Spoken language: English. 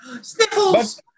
Sniffles